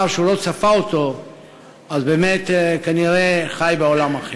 שהוא לא צפה אותו באמת כנראה חי בעולם אחר.